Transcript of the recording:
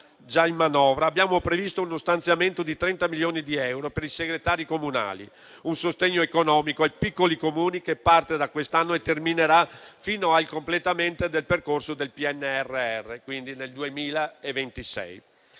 abbiamo previsto uno stanziamento di 30 milioni di euro per i segretari comunali, un sostegno economico ai piccoli Comuni che parte da quest'anno e terminerà al completamento del percorso del PNRR, quindi nel 2026.